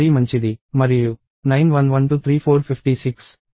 మరియు 91123456 కాబట్టి 5 9's అంటే 55 అవుతుంది